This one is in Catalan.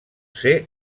ser